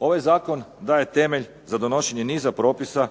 Ovaj zakon daje temelj za donošenje niza propisa